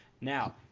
Now